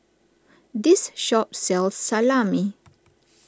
this shop sells Salami